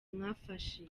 mwafashe